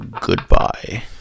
goodbye